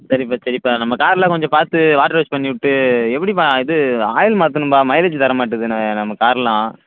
சரிப்பா சரிப்பா நம்ம கார்லாம் கொஞ்சம் பார்த்து வாட்டர் வாஷ் பண்ணிவிட்டு எப்படிப்பா இது ஆயில் மாத்தணும்பா மைலேஜ் தர மாட்டுது ந நம்ம கார்லாம்